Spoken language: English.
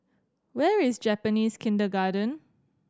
where is Japanese Kindergarten